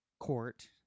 Court